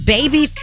Baby